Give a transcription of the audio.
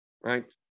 Right